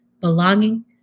belonging